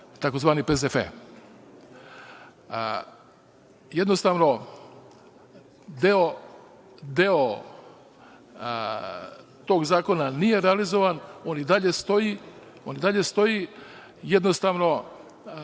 tzv. PZF. Jednostavno, deo tog zakona nije realizovan, on i dalje stoji. Jednostavno